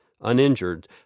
uninjured